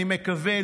אני מקווה.